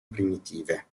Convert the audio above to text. primitive